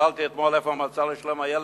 שאלתי אתמול איפה המועצה לשלום הילד,